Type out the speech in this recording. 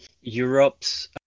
Europe's